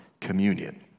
communion